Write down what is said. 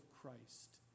Christ